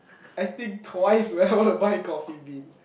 I think twice when I want to buy Coffee Bean